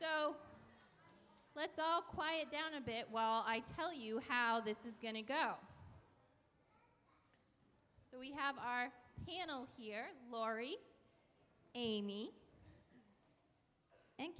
so let's all quiet down a bit while i tell you how this is going to go so we have our panel here laurie me and